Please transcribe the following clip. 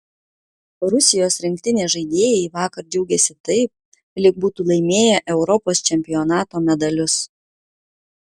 rusijos rinktinės žaidėjai vakar džiaugėsi taip lyg būtų laimėję europos čempionato medalius